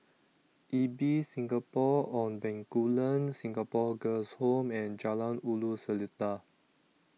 Ibis Singapore on Bencoolen Singapore Girls' Home and Jalan Ulu Seletar